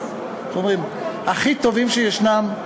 איך אומרים, הכי טובים שישנם.